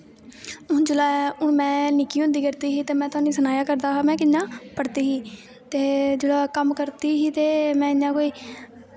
हून में जिसलै निक्की होआ करदी ही में तोआनू सनाया कि'यां पढ़दी ही ते जिसलै कम्म करदी ही ते में इ'यां